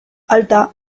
alta